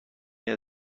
چیزا